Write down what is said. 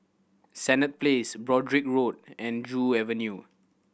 Senett Place Broadrick Road and Joo Avenue